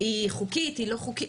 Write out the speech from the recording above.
היא חוקית, היא לא חוקית.